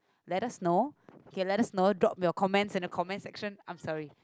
let us know kay let us know drop your comment in the comment section I'm sorry